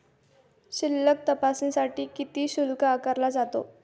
शिल्लक तपासण्यासाठी किती शुल्क आकारला जातो?